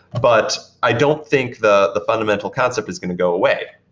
but i don't think the the fundamental concept is going to go away.